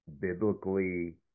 biblically